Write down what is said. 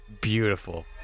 Beautiful